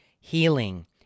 healing